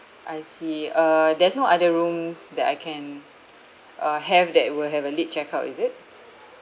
I see uh there's no other rooms that I can uh have that will have a late check out is it